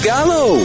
Gallo